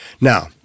Now